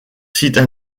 sites